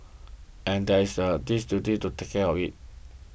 and there is a this duty to take care of it